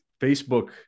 facebook